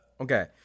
Okay